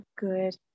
good